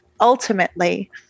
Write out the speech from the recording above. ultimately